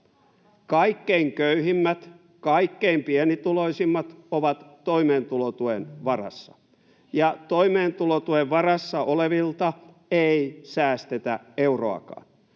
Kaikkein köyhimmät, kaikkein pienituloisimmat ovat toimeentulotuen varassa, ja toimeentulotuen varassa olevilta ei säästetä euroakaan.